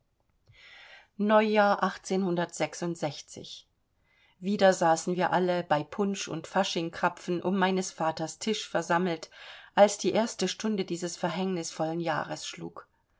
neujahr wieder saßen wir alle bei punsch und faschingkrapfen um meines vaters tisch versammelt als die erste stunde dieses verhängnisvollen jahres schlug